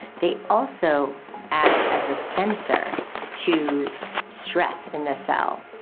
they also act as a sensor to stress in the cell.